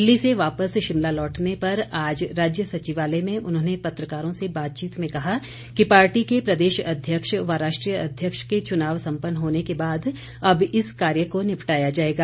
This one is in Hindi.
दिल्ली से वापिस शिमला लौटने पर आज राज्य सचिवालय में उन्होंने पत्रकारों से बातचीत में कहा कि पार्टी के प्रदेश अध्यक्ष व राष्ट्रीय अध्यक्ष के चुनाव संपन्न होने के बाद अब इस कार्य को निपटाया जाएगा